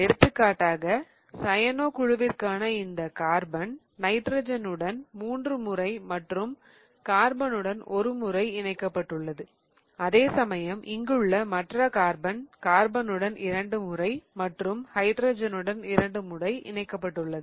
எடுத்துக்காட்டாக சயனோ குழுவிற்கான இந்த கார்பன் நைட்ரஜனுடன் 3 முறை மற்றும் கார்பனுடன் ஒரு முறை இணைக்கப்பட்டுள்ளது அதேசமயம் இங்குள்ள மற்ற கார்பன் கார்பனுடன் 2 முறை மற்றும் ஹைட்ரஜனுடன் 2 முறை இணைக்கப்பட்டுள்ளது